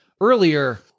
earlier